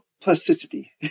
plasticity